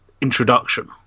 introduction